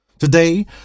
Today